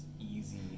easy